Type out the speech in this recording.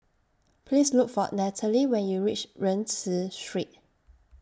Please Look For Nathalie when YOU REACH Rienzi Street